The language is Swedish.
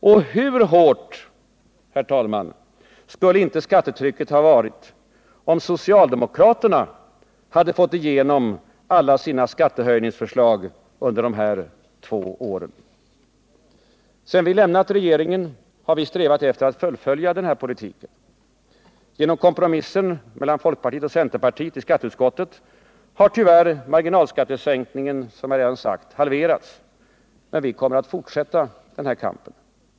Och hur hårt, herr talman, skulle inte skattetrycket ha varit, om socialdemokraterna hade fått igenom alla sina skattehöjningsförslag under dessa två år! Sedan vi lämnat regeringen har vi strävat efter att fullfölja den här politiken. Genom kompromissen mellan folkpartiet och centerpartiet i skatteutskottet har tyvärr marginalskattesänkningen, som jag redan sagt, halverats. Men vi kommer att fortsätta den här kampen.